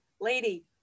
lady